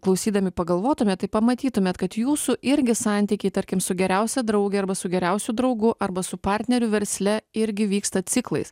klausydami pagalvotumėt tai pamatytumėt kad jūsų irgi santykiai tarkim su geriausia drauge arba su geriausiu draugu arba su partneriu versle irgi vyksta ciklais